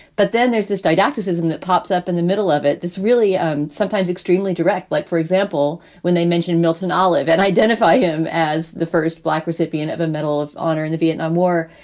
but then there's this didacticism that pops up in the middle of it. it's really um sometimes extremely direct. like, for example, when they mentioned milton olive and identify him as the first black recipient of a medal of honor in the vietnam war.